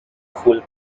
full